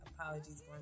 apologies